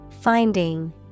finding